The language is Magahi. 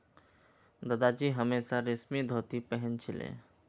दादाजी हमेशा रेशमी धोती पह न छिले